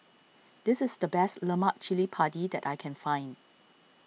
this is the best Lemak Cili Padi that I can find